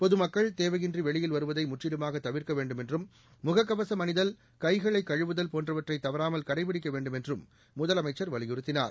பொதுமக்கள் தேவையின்றி வெளியில் வருவதை முற்றிலுமாக தவிர்க்க வேண்டும் என்றும் முகக்கவசம் அணிதல் அகைகளை கழுவுதல் போன்றவற்றை தவறாமல் கடைபிடிக்க வேண்டும் என்றும் முதலமைச்சர் வலியுறுத்தினார்